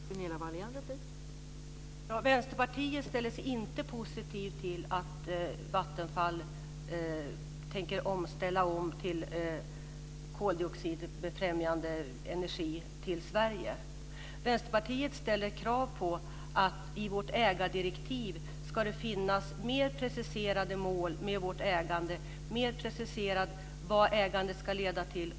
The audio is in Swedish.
Fru talman! Vi i Vänsterpartiet ställer oss inte positiva till att Vattenfall tänker ställa om till koldioxidbefrämjande energi i Sverige. Vi ställer krav på att det i ägardirektivet ska finnas mer preciserade mål för vad ägandet ska leda till.